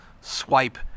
swipe